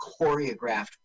choreographed